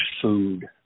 food